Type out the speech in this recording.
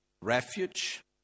refuge